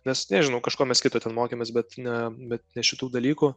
nes nežinau kažko mes kito ten mokėmės bet ne bet ne šitų dalykų